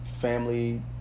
Family